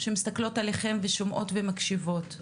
שמסתכלות עליכם ושומעות ומקשיבות.